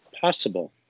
possible